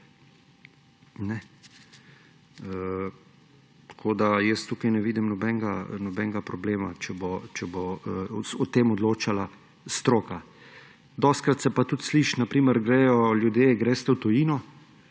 pitne vode? Tukaj ne vidim nobenega problema, če bo o tem odločala stroka. Dostikrat se pa tudi sliši; na primer gredo ljudje, greste v tujino,